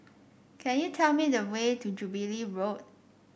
could you tell me the way to Jubilee Road